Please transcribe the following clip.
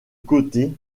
côté